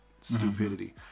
stupidity